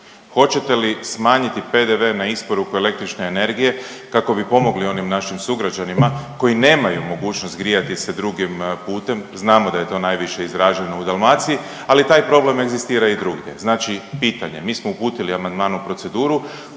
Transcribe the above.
hoćete li smanjiti PDV na isporuku električne energije kako bi pomogli onim našim sugrađanima koji nemaju mogućnost grijati se drugim putem, znamo da je to najviše izraženo u Dalmaciji, ali taj problem egzistira i drugdje, znači pitanje, mi smo uputili amandman u proceduru,